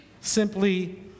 Simply